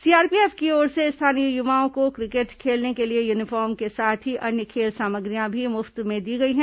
CRPF की ओर से स्थानीय युवाओं को क्रिकेट खेलने के लिए यूनिफॉर्म के साथ ही अन्य खेल सामग्रियां भी मुफ्त में दी गईं